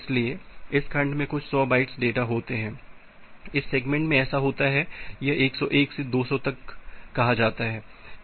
इसलिए इस खंड में कुछ 100 बाइट्स डेटा होते हैं इस सेगमेंट में ऐसा होता है यह 101 से 200 तक कहा जाता है